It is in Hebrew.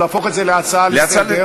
להפוך את זה להצעה לסדר-היום,